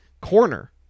corner